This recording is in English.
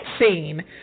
scene